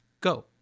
go